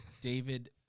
David